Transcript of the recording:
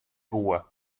koe